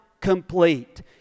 complete